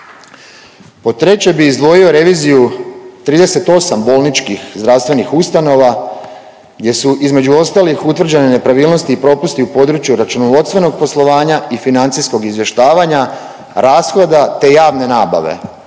Pod treće bih izdvojio reviziju 38 bolničkih zdravstvenih ustanova gdje su između ostalih utvrđene nepravilnosti i propusti u području računovodstvenog poslovanja i financijskog izvještavanja rashoda, te javne nabave.